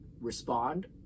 respond